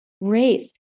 race